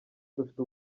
dufite